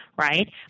right